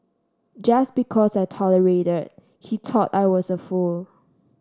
just because I tolerated he thought I was a fool